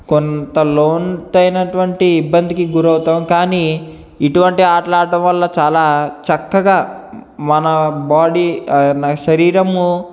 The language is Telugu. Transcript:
కొంత కొంత అయినటువంటి ఇబ్బందికి గురవుతాము కానీ ఇటువంటి ఆటలు ఆడటము వల్ల చాలా చక్కగా మన బాడీ నాకు శరీరము